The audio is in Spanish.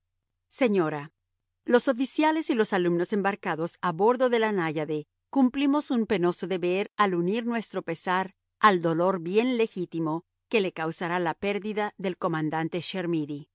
señora los oficiales y los alumnos embarcados a bordo de la náyade cumplimos un penoso deber al unir nuestro pesar al dolor bien legítimo que le causará la pérdida del comandante